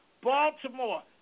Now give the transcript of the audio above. Baltimore